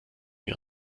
wir